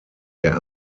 der